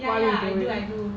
ya ya I do I do